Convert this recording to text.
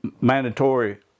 mandatory